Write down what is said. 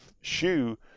shoe